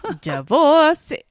divorce